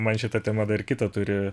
man šita tema dar kitą turi